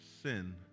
sin